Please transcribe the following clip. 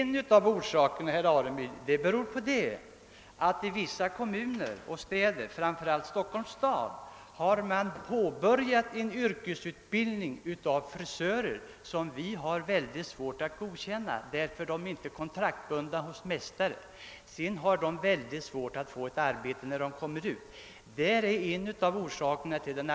I vissa kommuner, framför ailt Stockholms stad, har man emellertid påbörjat en utbildning av frisörer som vi har mycket svårt att godkänna, eftersom eleverna inte är kontraktsbundna hos mästare. De har mycket svårt att få ett arbete när de kommer ut.